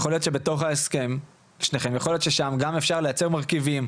יכול להיות שבתוך ההסכם גם אפשר לייצר מרכיבים